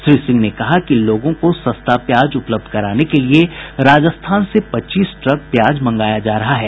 श्री सिंह ने कहा कि लोगों को सस्ता प्याज उपलब्ध कराने के लिए राजस्थान से पच्चीस ट्रक प्याज मंगाया जा रहा है